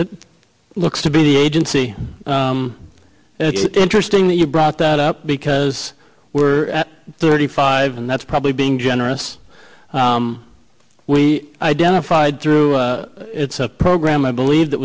it looks to be the agency it's interesting that you brought that up because we're at thirty five and that's probably being generous we identified through a program i believe that